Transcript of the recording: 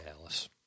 Alice